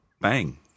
bang